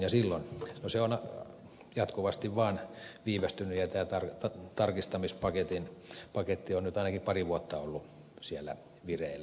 se on jatkuvasti vaan viivästynyt ja tämä tarkistamispaketti on nyt ainakin pari vuotta ollut siellä vireillä